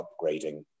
upgrading